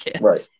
Right